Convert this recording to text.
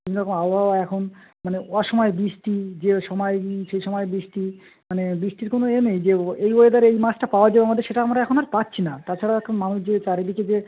বিভিন্ন রকম আবহাওয়া এখন মানে অসময়ে বৃষ্টি যেও সময়ে সে সময়েই বৃষ্টি মানে বৃষ্টির কোনো এ নেই যে ও এই ওয়েদারে এই মাসটা পাওয়া যাবে আমাদের সেটা আমরা এখন আর পাচ্ছি না তাছাড়া এখন মানুষ যে চারিদিকে যে